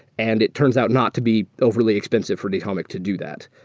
and it turns out not to be overly expensive for datomic to do that.